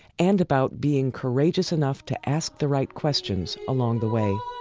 and about being courageous enough to ask the right questions along the way